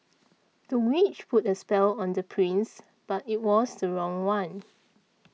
the witch put a spell on the prince but it was the wrong one